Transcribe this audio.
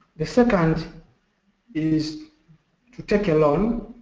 the second is to take a loan